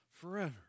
forever